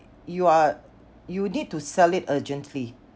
you are you need to sell it urgently